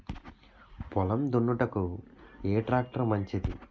పొలం దున్నుటకు ఏ ట్రాక్టర్ మంచిది?